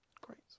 Great